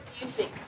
music